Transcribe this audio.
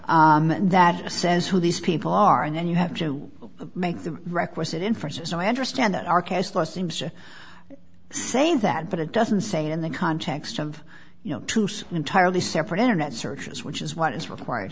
that says who these people are and then you have to make the requisite inferences so i understand that our case law seems to say that but it doesn't say in the context of you know to some entirely separate internet searches which is what is required